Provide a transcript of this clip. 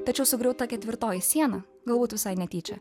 tačiau sugriauta ketvirtoji siena galbūt visai netyčia